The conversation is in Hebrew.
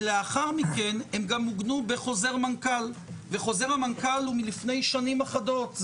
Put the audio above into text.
ולאחר מכן הם גם עוגנו בחוזר מנכ"ל מלפני שנים אחדות.